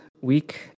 week